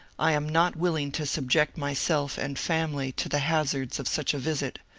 i am not willing to subject myself and family to the hazards of such a visit.